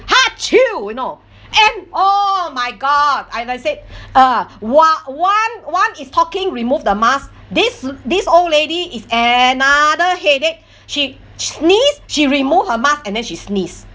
you know and oh my god I I said uh !wah! one one is talking remove the mask this this old lady is another headache she sneeze she removed her mask and then she sneeze